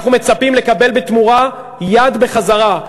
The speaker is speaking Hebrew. אנחנו מצפים לקבל בתמורה יד בחזרה,